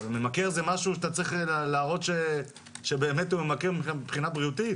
"ממכר" זה משהו שאתה צריך להראות שבאמת הוא ממכר מבחינה בריאותית.